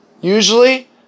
Usually